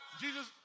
Jesus